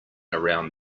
around